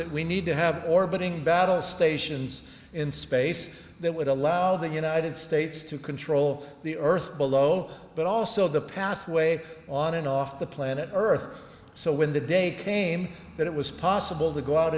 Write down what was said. that we need to have orbiting battle stations in space that would allow the united states to control the earth below but also the pathway on and off the planet earth so when the day came that it was possible to go out